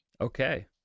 Okay